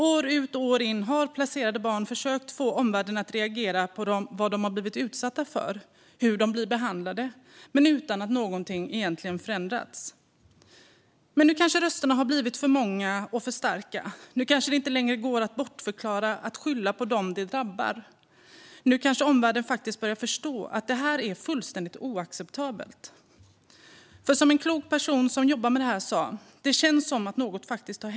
År ut och år in har placerade barn försökt få omvärlden att reagera på vad de blir utsatta för och hur de blir behandlade, men utan att någonting egentligen förändrats. Men nu har kanske rösterna blivit för många och för starka. Nu kanske det inte längre går att bortförklara, att skylla på dem de drabbar. Nu kanske omvärlden faktiskt börjar förstå att det här är fullständigt oacceptabelt. För som en klok person som jobbar med det här sa: Det känns som att något faktiskt hänt.